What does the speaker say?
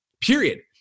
period